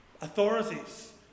authorities